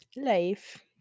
Life